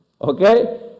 okay